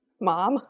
Mom